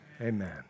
Amen